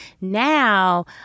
Now